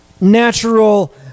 natural